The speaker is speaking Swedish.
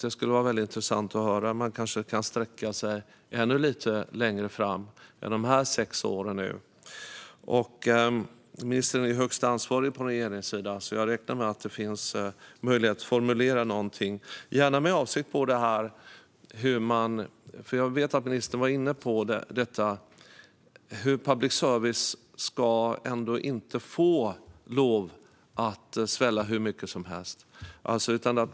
Det skulle vara intressant att höra om hon kan sträcka sig ännu lite längre fram än dessa sex år. Ministern är högsta ansvarig på regeringssidan, så jag räknar med att det finns möjlighet att formulera någonting. Jag vet att ministern var inne på frågan om att public service ändå inte ska få lov att svälla hur mycket som helst.